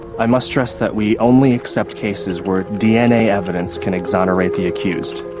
i must stress that we only accept cases where dna evidence can exonerate the accused.